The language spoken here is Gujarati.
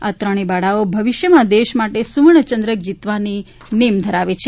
આ ત્રણેય બાળાઓ ભવિષ્યમાં દેશ માટે સુવર્ણ ચંદ્રક જીતવાની નેમ ધરાવે છે